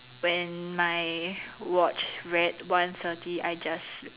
when my watch read one thirty I just